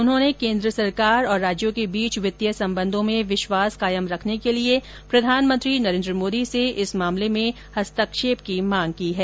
उन्होंने केंद्र सरकार और राज्यों के बीच वित्तीय संबंधों में विश्वास कायम रखने के लिए प्रधानमंत्री नरेंद्र मोदी से इस मामले में हस्तक्षेप करने की मांग की है